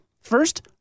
First